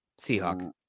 seahawk